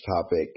topic